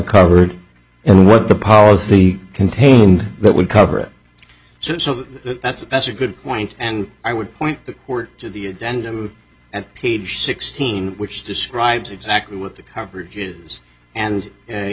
covered and what the policy contained that would cover it so that's that's a good point and i would point to the agenda and page sixteen which describes exactly what the coverage is and